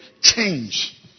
Change